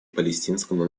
палестинскому